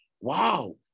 wow